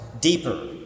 deeper